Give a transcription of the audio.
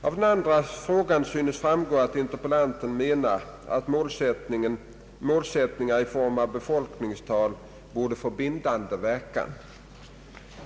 Av den andra frågan synes framgå att interpellanten menar att målsättningar i form av befolkningstal borde få bindande verkan.